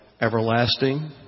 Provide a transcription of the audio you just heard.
everlasting